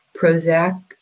Prozac